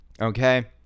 Okay